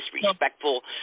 disrespectful